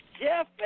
Jeff